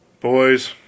Boys